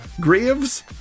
Graves